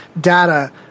data